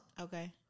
Okay